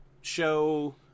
show